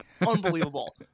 unbelievable